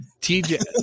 tj